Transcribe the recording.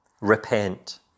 Repent